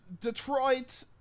Detroit